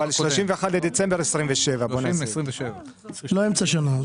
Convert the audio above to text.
נעשה את זה 31 בדצמבר 2027. לא אמצע שנה.